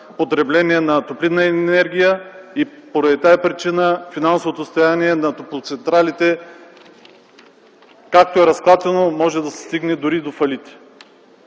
потребление на топлинна енергия. По тази причина финансовото състояние на топлоцентралите, както е разклатено, може да достигне дори до фалити.